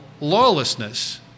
lawlessness